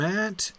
Matt